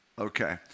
Okay